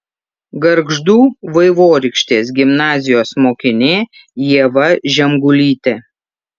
gargždų vaivorykštės gimnazijos mokinė ieva žemgulytė